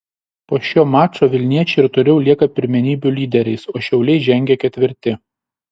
po šio mačo vilniečiai ir toliau lieka pirmenybių lyderiais o šiauliai žengia ketvirti